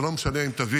זה לא משנה אם תביא,